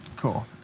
Cool